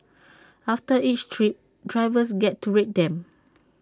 after each trip drivers get to rate them